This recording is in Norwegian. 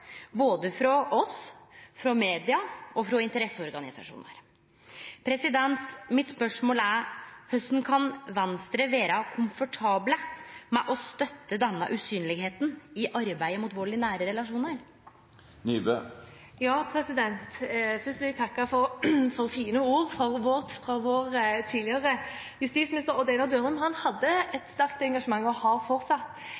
både frå oss, frå media og frå interesseorganisasjonar. Mitt spørsmål er: Korleis kan Venstre vere komfortable med å støtte denne usynlegheita i arbeidet mot vold i nære relasjonar? Først vil jeg takke for fine ord. Vår tidligere justisminister Odd Einar Dørum hadde – og